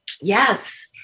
Yes